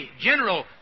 general